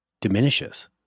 diminishes